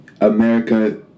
America